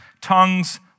tongues